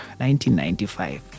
1995